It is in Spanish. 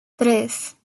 tres